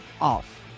off